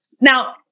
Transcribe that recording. Now